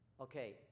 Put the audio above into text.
Okay